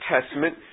Testament